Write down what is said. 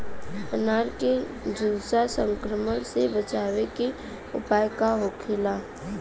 अनार के झुलसा संक्रमण से बचावे के उपाय का होखेला?